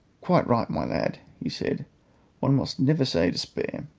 quite right, my lad, he said one must never say despair.